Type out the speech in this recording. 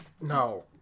No